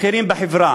בכירים בחברה,